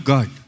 God